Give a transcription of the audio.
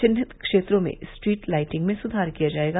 विन्हित क्षेत्रों में street lighting में सुधार किया जायेगा